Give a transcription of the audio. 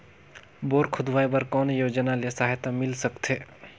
Bore खोदवाय बर कौन योजना ले सहायता मिल सकथे?